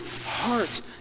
heart